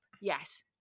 Yes